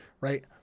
Right